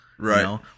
Right